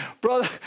Brother